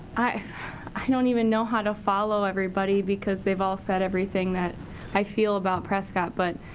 i i don't even know how to follow everybody because they've all said everything that i feel about prescott. but,